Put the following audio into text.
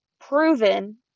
proven